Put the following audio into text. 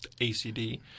ACD